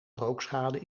rookschade